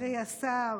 חברי השר,